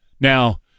now